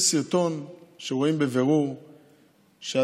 יש סרטון שרואים בבירור שאדם,